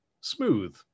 smooth